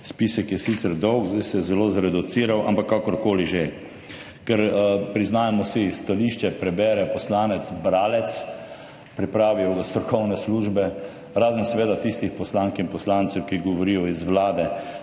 Spisek je sicer dolg, zdaj se je zelo zreduciral, ampak kakorkoli že, ker priznajmo si, stališče prebere poslanec, bralec, pripravijo ga strokovne službe, razen seveda tistih poslank in poslancev, ki govorijo iz Vlade.